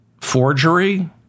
forgery